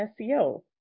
SEO